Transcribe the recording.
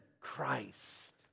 Christ